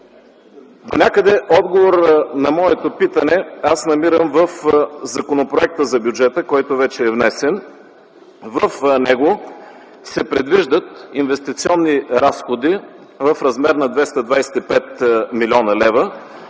Донякъде отговор на моето питане аз намирам в Законопроекта за бюджета, който вече е внесен. В него се предвиждат инвестиционни разходи в размер на 225 млн. лв.